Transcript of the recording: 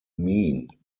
mean